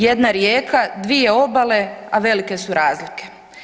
Jedna rijeka, dvije obale, a velike su razlike.